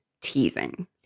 teasing